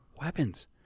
weapons